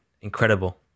incredible